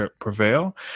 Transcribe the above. prevail